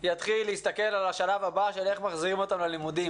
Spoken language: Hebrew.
יתחיל להסתכל על השלב הבא של איך מתחילים להחזיר אותם ללימודים.